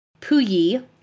Puyi